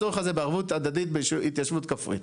הצורך הזה בערבות הדדית בהתיישבות כפרית.